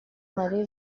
marie